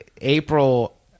April